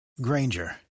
granger